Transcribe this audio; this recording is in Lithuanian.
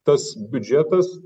tas biudžetas